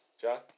John